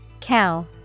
Cow